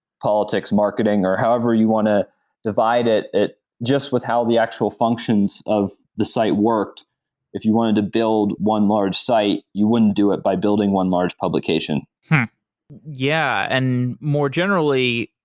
politics, marketing or however you want to divide it it just with how the actual functions of the site if you wanted to build one large site, you wouldn't do it by building one large publication yeah. and more generally,